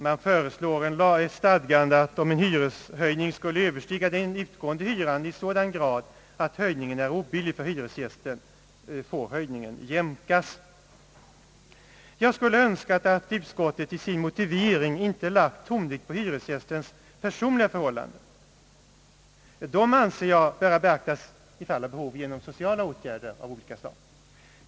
Man föreslår ett stadgande att hyreshöjningen får jämkas, om den skulle överstiga den utgående hyran i sådan grad att den är obillig för hyresgästen. Jag skulle ha önskat att utskottet i sin motivering inte hade lagt tonvikten på hyresgästens personliga förhållanden. Dessa bör, om behov föreligger, beaktas genom sociala åtgärder av olika slag.